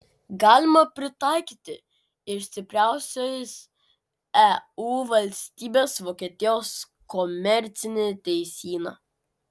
galima pritaikyti ir stipriausios eu valstybės vokietijos komercinį teisyną